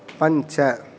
पञ्च